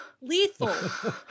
Lethal